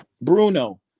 Bruno